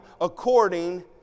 according